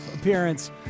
appearance